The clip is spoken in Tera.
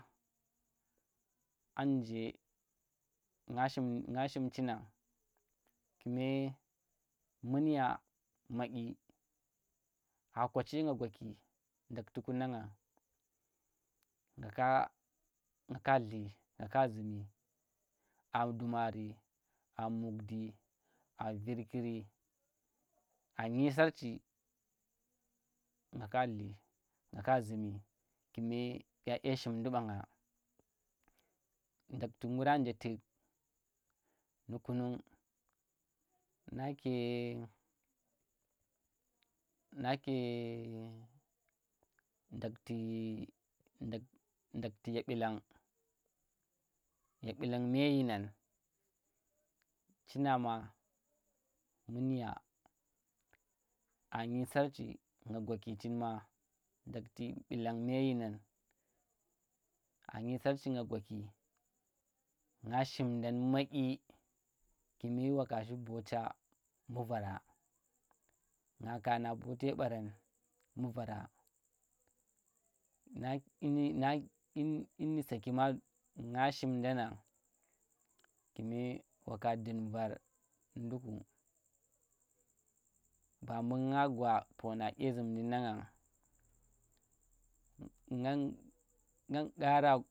An nje nga shim, nga shim chinang kume munya madyi a koci nga gwaki dakhti ku nang ngeng nga ka, nga ka da nga ka zumi, a dumari, a mugh di, a virkiri, a nyi sarchi nga ka zumi kume dya dye shimdi bannga. Ndakhti ngura nje tu̱k nu̱ kunung nake nake ndakhti ndakhti ye b1ilang ye b1ilang me yinan chinama manyu, a nyi sarch, nga gwaki cin ma ndakhti b1ilang me yinan, a nyi sarchi nga gwaki nga shimdan madyi, ku̱me waka shi bota mbu vara, nga ka na bote baran mbu vara na dyi nadyi dyini saki ma nga shimdan nang kume waka dun vor nduku ba mbu nga gwau pona dya zum di nang ngem kara.